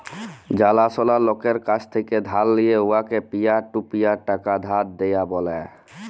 জালাশলা লকের কাছ থ্যাকে ধার লিঁয়ে উয়াকে পিয়ার টু পিয়ার টাকা ধার দিয়া ব্যলে